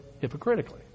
Hypocritically